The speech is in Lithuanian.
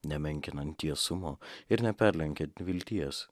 nemenkinant tiesumo ir neperlenkiant vilties